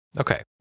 Okay